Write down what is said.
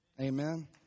Amen